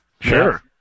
Sure